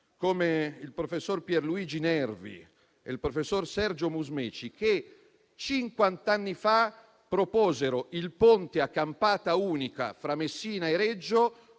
come il professor Pier Luigi Nervi e il professor Sergio Musmeci, che cinquant'anni fa proposero il Ponte a campata unica fra Messina e Reggio